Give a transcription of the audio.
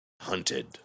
Hunted